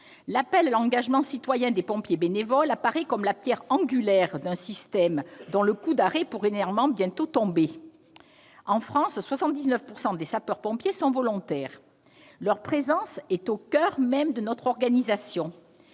L'appel à l'engagement citoyen de pompiers bénévoles apparaît comme la pierre angulaire d'un système dont le coup d'arrêt pourrait néanmoins bientôt tomber. En France, 79 % des sapeurs-pompiers sont volontaires. Leur présence est au coeur même de notre organisation.